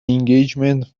engagement